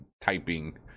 typing